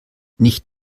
nicht